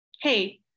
hey